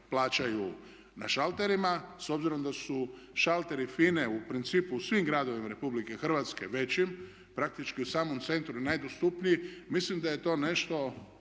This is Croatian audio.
plaćaju na šalterima s obzirom da su šalteri FINA-e u principu u svim gradovima Republike Hrvatske, većim, praktički u samom centru najdostupniji, mislim da je to nešto